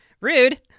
rude